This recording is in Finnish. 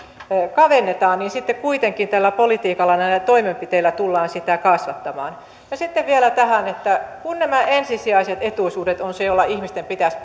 kavennetaan niin sitten kuitenkin tällä politiikalla näillä toimenpiteillä tullaan sitä kasvattamaan sitten vielä tähän että vaikka nämä ensisijaiset etuisuudet ovat se jolla ihmisten pitäisi